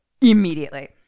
immediately